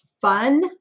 fun